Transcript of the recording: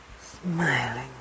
smiling